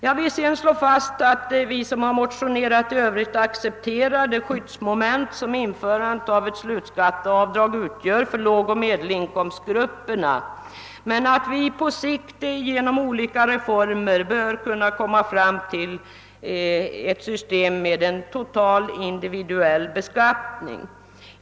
Jag vill sedan slå fast att vi som har motionerat i övrigt accepterar det skyddsmoment som införande av ett slutskatteaydrag utgör för lågoch medelinkomstgrupperna, men att vi på sikt genom olika reformer bör kunna komma fram till ett system med en total individuell beskattning.